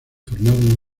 formaron